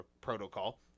protocol